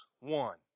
one